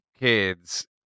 kids